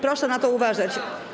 Proszę na to uważać.